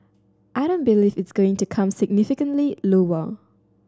I don't believe it's going to come significantly lower